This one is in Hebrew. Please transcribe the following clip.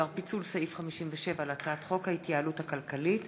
בדבר פיצול סעיף 57 בהצעת חוק ההתייעלות הכלכלית